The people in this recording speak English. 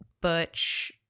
butch